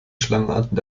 schlangenarten